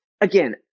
again